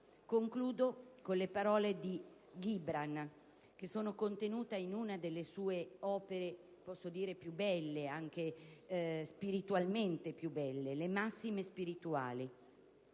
Concludo con le parole di Kahlil Gibran, contenute in una delle sue opere più belle, anche spiritualmente più belle, le «Massime spirituali»,